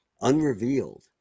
unrevealed